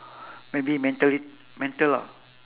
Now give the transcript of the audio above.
maybe mentally mental lah